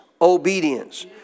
obedience